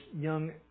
young